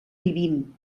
vivim